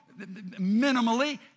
minimally